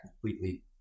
completely